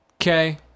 okay